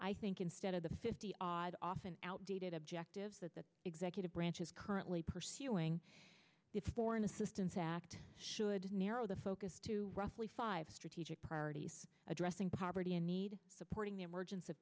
i think instead of the fifty odd often outdated objectives that the executive branch is currently pursuing its foreign assistance act should narrow the focus to roughly five strategic priorities addressing poverty and need supporting the emergenc